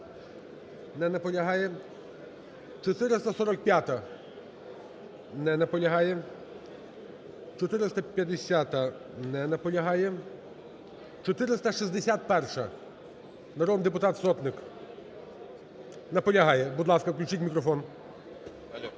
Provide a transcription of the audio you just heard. Не наполягає. 445-а. Не наполягає. 450-а. Не наполягає. 461-а, народний депутат Сотник. Наполягає. Будь ласка, включіть мікрофон.